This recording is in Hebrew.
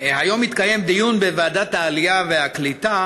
היום התקיים דיון בוועדת העלייה והקליטה